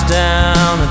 down